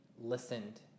listened